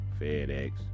fedex